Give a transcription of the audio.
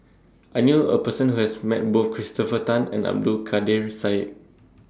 I knew A Person Who has Met Both Christopher Tan and Abdul Kadir Syed